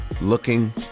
looking